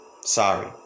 Sorry